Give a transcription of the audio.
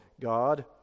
God